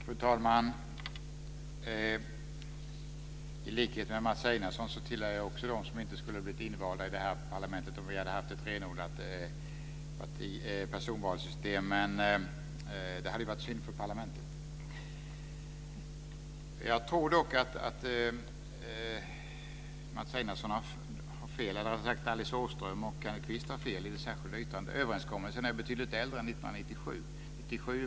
Fru talman! I likhet med Mats Einarsson tillhör jag också dem som inte skulle ha blivit invald i parlamentet om vi hade haft ett renodlat personvalssystem. Det hade varit synd för parlamentet! Jag tror dock att Alice Åström och Kenneth Kvist har fel i det särskilda yttrandet. Överenskommelsen är betydligt äldre än från 1997.